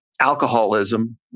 alcoholism